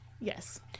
Yes